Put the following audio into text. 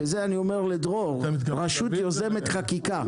שזה אני אומר לדרור רשות יוזמת חקיקה.